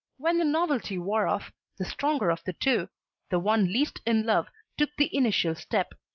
when the novelty wore off the stronger of the two the one least in love took the initial step.